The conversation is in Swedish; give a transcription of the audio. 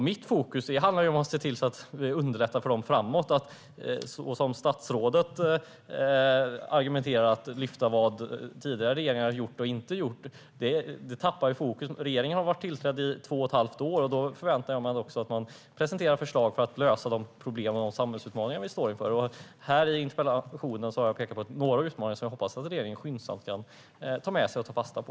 Mitt fokus är att underlätta för dessa. Lyfter man som statsrådet upp vad tidigare regeringar har gjort eller inte har gjort tappar man detta fokus. Regeringen har suttit i två och ett halvt år, och jag förväntar mig att man presenterar förslag för att lösa de problem och samhällsutmaningar vi står inför. I min interpellation har jag pekat på några utmaningar som jag hoppas att regeringen skyndsamt tar fasta på.